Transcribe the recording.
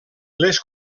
les